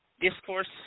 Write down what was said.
Discourse